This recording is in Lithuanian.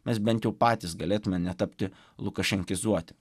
mes bent jau patys galėtume netapti lukašenkizuoti